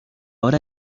hora